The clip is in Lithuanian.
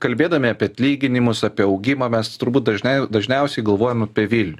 kalbėdami apie atlyginimus apie augimą mes turbūt dažnai dažniausiai galvojam apie vilnių